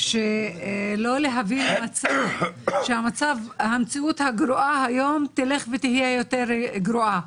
שלא להביא למצב שהמציאות הגרועה היום תלך ותהיה יותר גרועה.